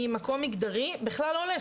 ממקום מגדרי בכלל לא עולה,